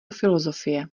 filosofie